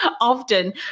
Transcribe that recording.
often